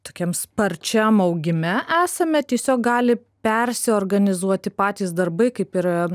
tokiam sparčiam augime esame tiesiog gali persiorganizuoti patys darbai kaip ir